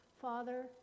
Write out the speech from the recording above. father